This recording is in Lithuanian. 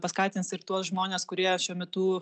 paskatins ir tuos žmones kurie šiuo metu